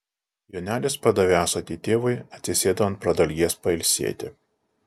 jonelis padavė ąsotį tėvui atsisėdo ant pradalgės pailsėti